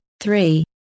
three